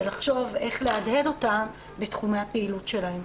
לחשוב איך להדהד אותם בתחומי הפעילות שלהם.